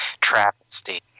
travesty